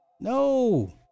no